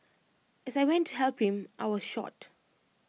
as I went to help him I was shot